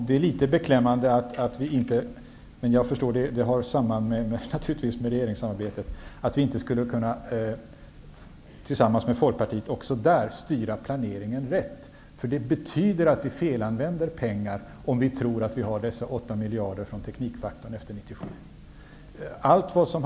Det är litet beklämmande att vi inte tillsammans med Folkpartiet skulle kunna styra planeringen rätt; men jag förstår att det hänger samman med regeringssamarbetet. Det betyder att vi felanvänder pengar, om vi tror att vi har de 8 miljarderna från teknikfaktorn efter 1997.